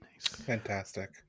Fantastic